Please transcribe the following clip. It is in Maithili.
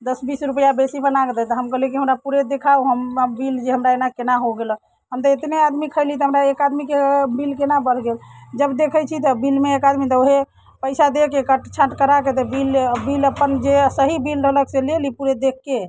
दश बीस रुपआ बेसी बनाकऽ दे दऽ हम कहलियै कि हमरा पूरे देखाउ हम हमरा बिल जे हमरा एना केना हो गेलै हम तऽ एतने आदमी खयली तऽ हमरा एक आदमीके बिल केना बढ़ि गेल जब देखैत छी तऽ बिलमे एक आदमी तऽ ओह के पैसा देके काट छाँट कराके बिल बिल अपन जे सही बिल रहलक से लेली पूरे देखिके